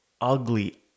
ugly